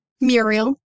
Muriel